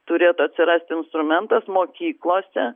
turėtų atsirasti instrumentas mokyklose